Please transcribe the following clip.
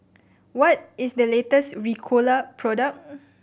what is the latest Ricola product